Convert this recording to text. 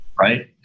right